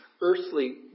earthly